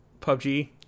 PUBG